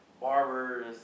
barbers